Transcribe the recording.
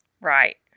Right